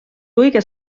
luige